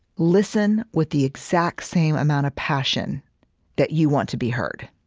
listen with the exact same amount of passion that you want to be heard